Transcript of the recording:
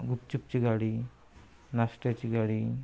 गुपचुपची गाडी नाश्त्याची गाडी